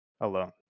alone